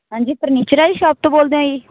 ਹਾਂਜੀ ਫ਼ਰਨੀਚਰ ਵਾਲੀ ਸ਼ੋਪ ਤੋਂ ਬੋਲਦੇ ਹੋ ਜੀ